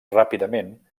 ràpidament